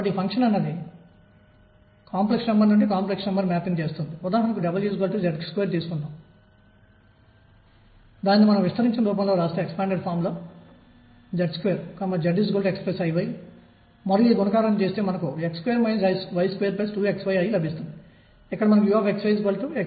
కాబట్టి నేను పరిగణిస్తున్న సమస్య ఏమిటంటే రెండు దృఢమైన గోడల మధ్య ముందుకు వెనుకకు కదులుతున్న ద్రవ్యరాశి m కలిగిన కణం